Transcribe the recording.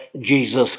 Jesus